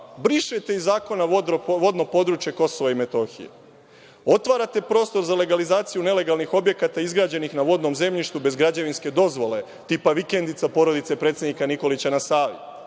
brišete iz zakona vodno područje KiM. Otvarate prostor za legalizaciju nelegalnih objekata izgrađenih na vodnom zemljištu bez građevinske dozvole, tipa vikendica porodice predsednika Nikolića na Savi.O